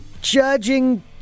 judging